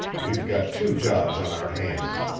we've got two jobs on our hands.